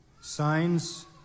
Signs